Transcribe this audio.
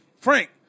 Frank